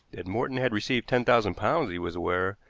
that morton had received ten thousand pounds he was aware,